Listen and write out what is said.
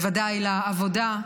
ובוודאי לעבודה,